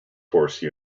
force